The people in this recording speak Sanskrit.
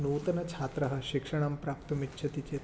नूतनः छात्रः शिक्षणं प्राप्तुम् इच्छति चेत्